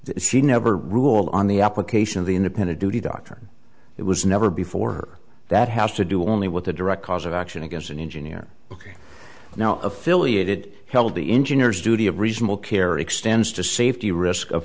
that she never rule on the application of the independent duty doctrine it was never before her that has to do only what the direct cause of action against an engineer ok now affiliated held the engineers duty of reasonable care extends to safety risk of